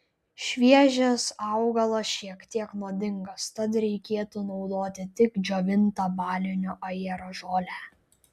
šviežias augalas šiek tiek nuodingas tad reikėtų naudoti tik džiovintą balinio ajero žolę